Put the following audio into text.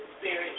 spirit